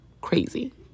crazy